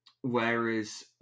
Whereas